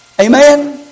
Amen